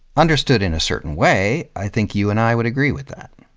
understood in a certain way, i think you and i would agree with that.